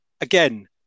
Again